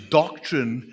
doctrine